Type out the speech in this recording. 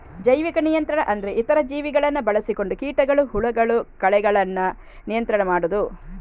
ಜೈವಿಕ ನಿಯಂತ್ರಣ ಅಂದ್ರೆ ಇತರ ಜೀವಿಗಳನ್ನ ಬಳಸಿಕೊಂಡು ಕೀಟಗಳು, ಹುಳಗಳು, ಕಳೆಗಳನ್ನ ನಿಯಂತ್ರಣ ಮಾಡುದು